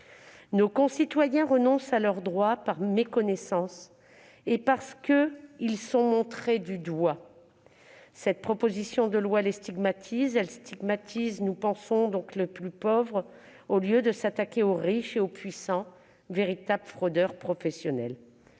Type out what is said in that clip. Nos concitoyens renoncent à leurs droits par méconnaissance et parce qu'ils sont montrés du doigt. Cette proposition de loi stigmatise les plus pauvres au lieu de s'attaquer aux riches et aux puissants, véritables fraudeurs professionnels.